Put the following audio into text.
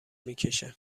میکشه